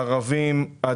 ערבים,